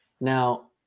Now